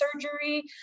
surgery